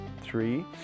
Three